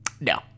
no